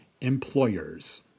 employers